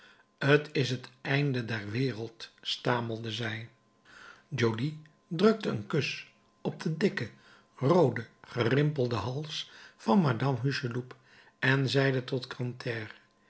t is het einde der wereld stamelde zij joly drukte een kus op den dikken rooden gerimpelden hals van madame hucheloup en zeide tot